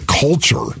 culture